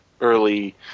early